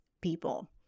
people